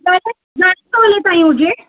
तव्हांखे घणे तोले ताईं हुजे